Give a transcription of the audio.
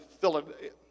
Philadelphia